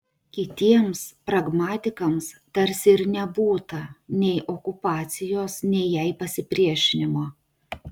kitiems pragmatikams tarsi ir nebūta nei okupacijos nei jai pasipriešinimo